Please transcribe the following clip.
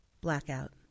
Blackout